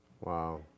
Wow